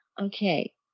Okay